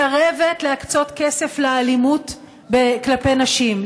מסרבת להקצות כסף לאלימות כלפי נשים,